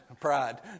pride